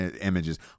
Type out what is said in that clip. images